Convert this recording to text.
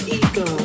ego